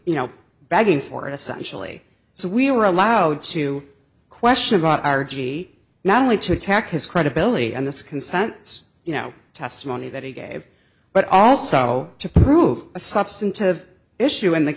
you know begging for essentially so we were allowed to question about r g p not only to attack his credibility and this consents you know testimony that he gave but also to prove a substantive issue in th